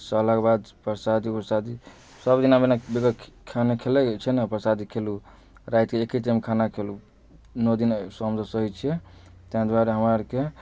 सहला के बाद परसादी उरसादी सब जेना जेना खाना खेलक छै ना परसादी खेलु राइत कऽ एके टाइम खाना खेलु नौ दिन हमसब सहै छियै तैँ दुआरे हमरा अर के